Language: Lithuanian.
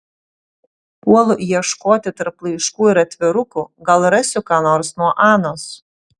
puolu ieškoti tarp laiškų ir atvirukų gal rasiu ką nors nuo anos